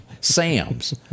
Sam's